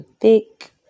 thick